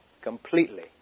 Completely